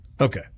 Okay